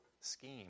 scheme